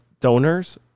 donors